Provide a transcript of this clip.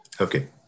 Okay